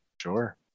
Sure